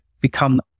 become